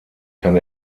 kann